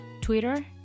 Twitter